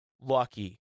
lucky